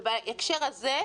ובהקשר הזה,